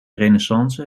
renaissance